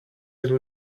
your